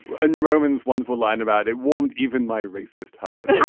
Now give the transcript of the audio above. and romans wonderful line about it warmed even my racist heart